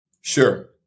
Sure